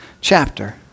chapter